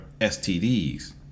STDs